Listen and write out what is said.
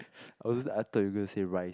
I was I thought you gonna say rice